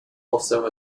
also